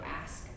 ask